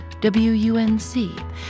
WUNC